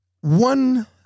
one